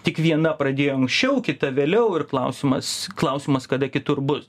tik viena pradėjo anksčiau kita vėliau ir klausimas klausimas kada kitur bus